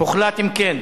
הוחלט, אם כן,